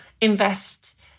invest